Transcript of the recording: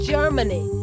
Germany